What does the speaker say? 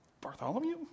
Bartholomew